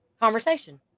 conversation